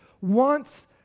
wants